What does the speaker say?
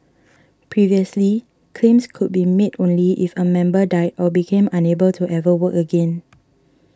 previously claims could be made only if a member died or became unable to ever work again